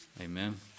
Amen